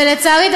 ולצערי,